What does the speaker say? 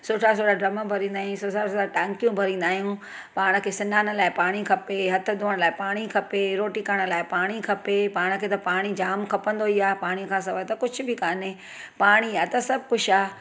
सुठा सुठा ड्रम भरींदा आहियूं सुठा सुठा टांकियूं भरिंदा आहियूं पाण खे सनान लाइ पाणी खपे हथ धोअण लाइ पाणी खपे रोटी करण लाइ पाणी खपे आण खे त पाणी जाम खपंदो ई आहे पाणी खां सवाइ त कुझु बि कोन्हे पाणी आहे त सभु कुझु आहे